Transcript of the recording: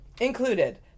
Included